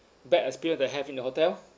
bad experience that I have in your hotel